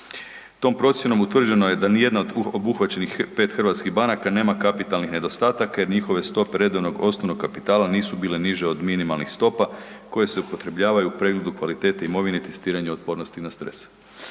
Tom procjenom utvrđeno je da nijedna od obuhvaćenih 5 hrvatskih banaka nema kapitalnih nedostataka jer njihove stope redovnog osnovnog kapitala nisu bile niže od minimalnih stopa koje se upotrebljavaju u pregledu kvalitete imovine i testiranja otpornosti na stres.